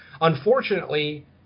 Unfortunately